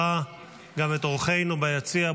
נקדם בברכה גם את אורחינו ביציע,